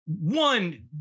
one